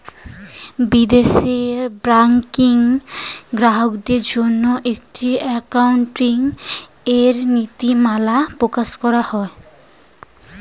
বিদেশে ব্যাংকিং গ্রাহকদের জন্য একটি অ্যাকাউন্টিং এর নীতিমালা প্রকাশ করা হয়